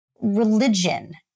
religion